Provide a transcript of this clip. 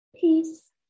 peace